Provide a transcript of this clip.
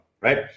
right